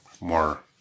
more